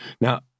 Now